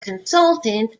consultant